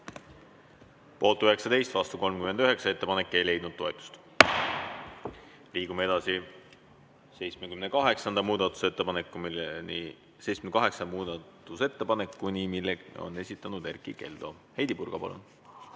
Poolt 19, vastu 39. Ettepanek ei leidnud toetust. Liigume edasi 78. muudatusettepanekuni, mille on esitanud Erkki Keldo. Heidy Purga, palun!